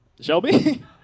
Shelby